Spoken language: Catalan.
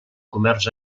comerç